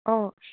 অঁ